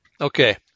Okay